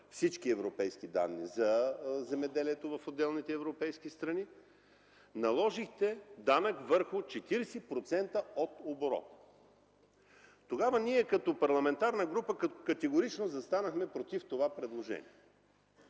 всички европейски данни за земеделието в отделните европейски страни, наложихте данък върху 40% от оборота. Тогава ние като парламентарна група категорично застанахме против това предложение.